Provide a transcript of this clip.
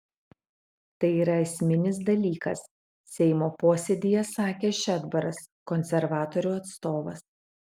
tai yra esminis dalykas seimo posėdyje sakė šedbaras konservatorių atstovas